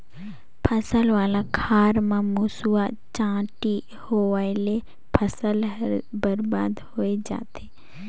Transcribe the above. फसल वाला खार म मूसवा, चांटी होवयले फसल हर बरबाद होए जाथे